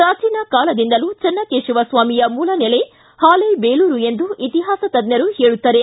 ಪ್ರಾಚೀನ ಕಾಲದಿಂದಲೂ ಚನ್ನಕೇಶವ ಸ್ವಾಮಿಯ ಮೂಲ ನೆಲೆ ಹಾಲೇಬೇಲೂರು ಎಂದು ಇತಿಹಾಸ ತಜ್ಞರು ಹೇಳುತ್ತಾರೆ